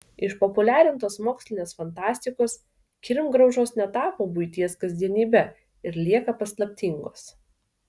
išpopuliarintos mokslinės fantastikos kirmgraužos netapo buities kasdienybe ir lieka paslaptingos